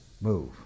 move